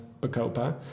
bacopa